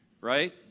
Right